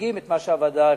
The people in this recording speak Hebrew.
מציגים את מה שהוועדה החליטה.